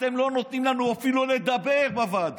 אתם לא נותנים לנו אפילו לדבר בוועדות,